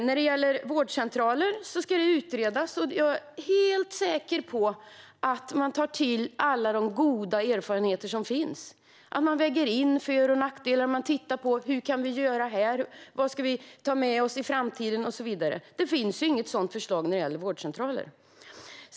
När det gäller vårdcentraler ska det utredas. Jag är helt säker på att man tar till sig alla goda erfarenheter som finns, att man väger in för och nackdelar och att man tittar på hur man kan göra, vad man kan ta med sig inför framtiden och så vidare. Det finns inget sådant förslag när det gäller vårdcentraler.